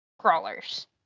crawlers